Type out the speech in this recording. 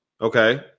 Okay